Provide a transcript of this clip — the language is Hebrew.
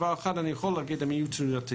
דבר אחד אני יכול להגיד הן יהיו תנודתיות.